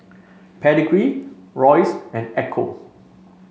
Pedigree Royce and Ecco